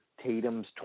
Tatum's